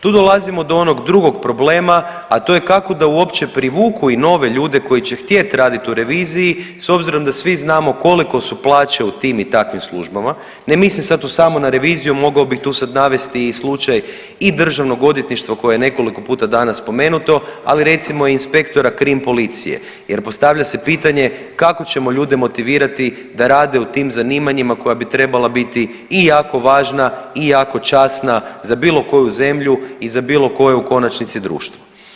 Tu dolazimo do onog drugog problema, a to je kako da uopće privuku i nove ljude koji će htjet radit u reviziji s obzirom da svi znamo koliko su plaće u tim i takvim službama, ne mislim tu samo na reviziju, mogao bih tu sad navesti i slučaj i državnog odvjetništva koje je nekoliko puta danas spomenuto, ali recimo i inspektora krim policije jer postavlja se pitanje kako ćemo ljude motivirati da rade u tim zanimanjima koja bi trebala biti i jako važna i jako časna za bilo koju zemlju i za bilo koje u konačnici društvo.